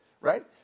right